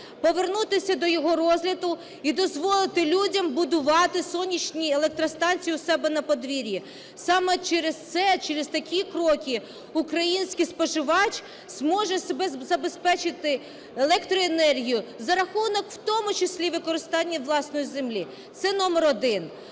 повернутися до його розгляду і дозволити людям будувати сонячні електростанції у себе на подвір'ї. Саме через це, через такі кроки український споживач зможе себе забезпечити електроенергією, за рахунок в тому числі використання власної землі. Це номер один.